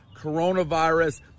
coronavirus